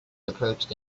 approached